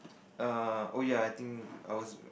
err oh ya I think I was